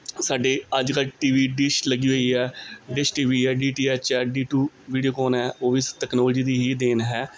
ਸਾਡੇ ਅੱਜ ਕੱਲ ਟੀਵੀ ਡਿਸ਼ ਲੱਗੀ ਹੋਈ ਹੈ ਡਿਸ਼ ਟੀਵੀ ਐ ਡੀ ਟੀ ਐਚ ਐ ਡੀ ਟੂ ਵੀਡੀਓ ਕੌਨ ਹੈ ਉਹ ਵੀ ਟੈਕਨੋਲੋਜੀ ਦੀ ਹੀ ਦੇਣ ਹੈ